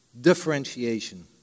differentiation